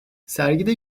sergide